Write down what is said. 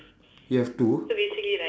you have two